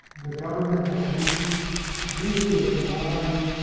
the government as greedy greedy and and lying,